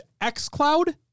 xCloud